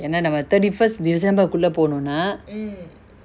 ஏனா நம்ம:yena namma thirty first december குள்ள போனோனா:kulla ponona